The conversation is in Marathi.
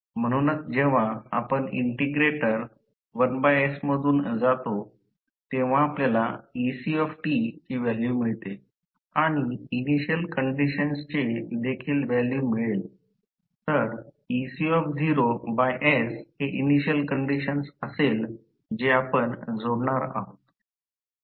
म्हणूनच जेव्हा आपण इंटिग्रेटर 1s मधून जातो तेव्हा आपल्याला ect ची व्हॅल्यू मिळते आणि इनिशियल कंडिशन्सचे देखील व्हॅल्यू मिळेल तर ecs हे इनिशियल कंडिशन्स असेल जे आपण जोडणार आहोत